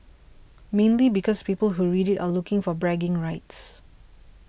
mainly because people who read it are looking for bragging rights